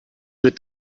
bit